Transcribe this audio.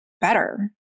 better